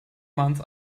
month